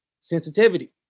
sensitivity